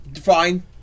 fine